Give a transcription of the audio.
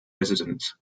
residents